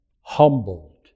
humbled